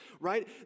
right